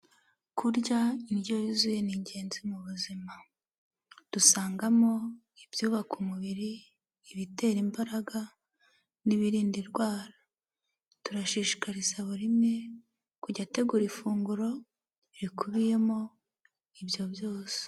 Kurya indyo yuzuye ni ingenzi mu buzima. Dusangamo ibyubaka umubiri ibitera imbaraga n'ibirinda indwara, turashishikariza buri umwe kujya ategura ifunguro rikubiyemo ibyo byose.